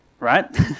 Right